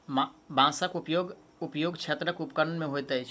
बांसक उपयोग उद्योग क्षेत्रक उपकरण मे होइत अछि